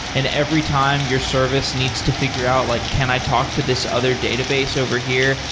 and every time your service needs to figure out, like can i talk to this other database over here?